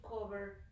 cover